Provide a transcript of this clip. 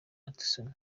atkinson